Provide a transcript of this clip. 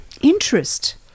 interest